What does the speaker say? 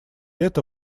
это